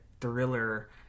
thriller